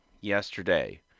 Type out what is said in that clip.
yesterday